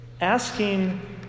asking